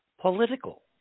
political